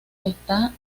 está